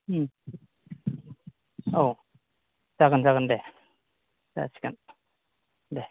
औ जागोन जागोन दे जासिगोन दे